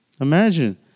Imagine